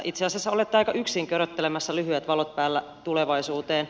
itse asiassa olette aika yksin köröttelemässä lyhyet valot päällä tulevaisuuteen